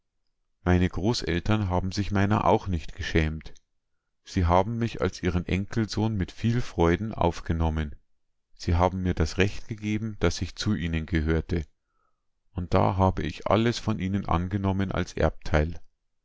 meine großeltern haben sich meiner auch nicht geschämt sie haben mich als ihren enkelsohn mit vielen freuden aufgenommen sie haben mir das recht gegeben daß ich zu ihnen gehörte und da habe ich alles von ihnen angenommen als erbteil